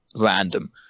random